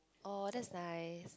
oh that's nice